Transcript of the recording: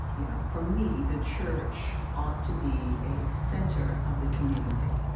you know, for me the church ought to be a center of the community.